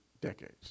decades